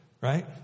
right